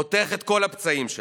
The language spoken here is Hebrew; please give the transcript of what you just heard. פותח את כל הפצעים שלה.